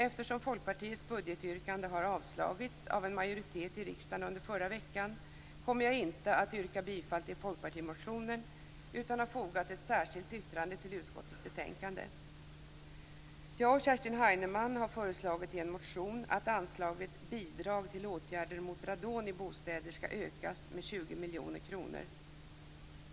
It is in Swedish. Eftersom Folkpartiets budgetyrkande har avslagits av en majoritet i riksdagen under förra veckan kommer jag dock inte att yrka bifall till folkpartimotionen utan har fogat ett särskilt yttrande till utskottets betänkande. Jag och Kerstin Heinemann har i en motion föreslagit att anslaget Bidrag till åtgärder mot radon i bostäder skall ökas med 20 miljoner kronor.